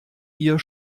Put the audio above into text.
ihr